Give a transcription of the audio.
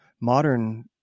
modern